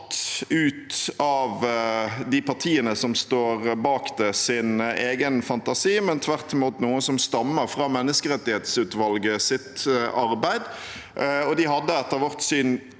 ut fra de partiene som står bak det, sin egen fantasi, men tvert imot noe som stammer fra menneskerettighetsutvalgets arbeid, og de hadde etter vårt syn